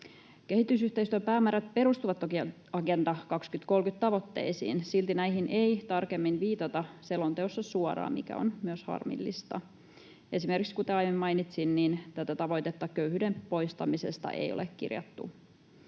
Kehitysyhteistyön päämäärät perustuvat toki Agenda 2030 ‑tavoitteisiin. Silti näihin ei tarkemmin viitata selonteossa suoraan, mikä on myös harmillista. Esimerkiksi, kuten aiemmin mainitsin, tätä tavoitetta köyhyyden poistamisesta ei ole kirjattu.